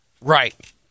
Right